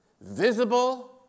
visible